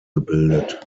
gebildet